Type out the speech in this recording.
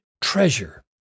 treasure